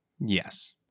Yes